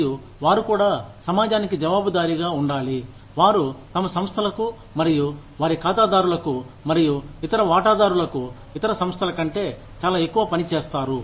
మరియు వారు కూడా సమాజానికి జవాబుదారీగా ఉండాలి వారు తమ సంస్థలకు మరియు వారి ఖాతాదారులకు మరియు ఇతర వాటాదారులకు ఇతర సంస్థల కంటే చాలా ఎక్కువ పని చేస్తారు